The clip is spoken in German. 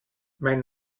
mein